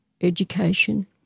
education